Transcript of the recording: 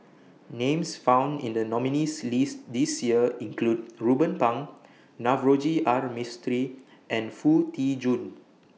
Names found in The nominees' list This Year include Ruben Pang Navroji R Mistri and Foo Tee Jun